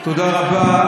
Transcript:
חברים, תודה רבה.